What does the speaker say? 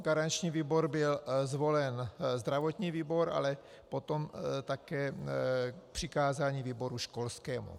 Garančním výborem byl zvolen zdravotní výbor, ale potom také přikázání výboru školskému.